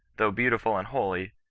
though beautiful and holy,